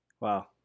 Wow